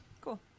Cool